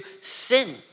sin